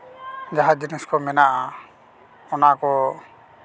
ᱡᱟᱦᱟᱸ ᱡᱤᱱᱤᱥ ᱠᱚ ᱢᱮᱱᱟᱜᱼᱟ ᱚᱱᱟ ᱠᱚ